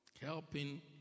Helping